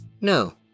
No